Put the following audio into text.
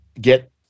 get